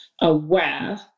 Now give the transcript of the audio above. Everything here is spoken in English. aware